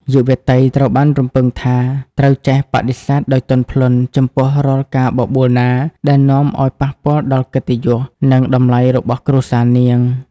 យុវតីត្រូវបានរំពឹងថា ត្រូវចេះ "បដិសេធដោយទន់ភ្លន់" ចំពោះរាល់ការបបួលណាដែលនាំឱ្យប៉ះពាល់ដល់កិត្តិយស និងតម្លៃរបស់គ្រួសារនាង។